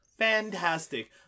fantastic